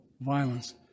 violence